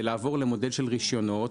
ולעבור למודל של רישיונות.